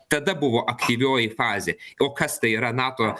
tada buvo aktyvioji fazė o kas tai yra nato